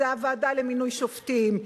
זה הוועדה למינוי שופטים,